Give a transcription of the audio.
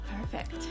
Perfect